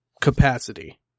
capacity